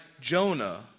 Jonah